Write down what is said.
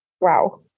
Wow